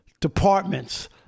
departments